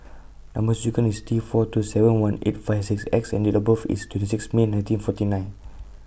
Number sequence IS T four two seven one eight five six X and Date of birth IS twenty six May nineteen forty nine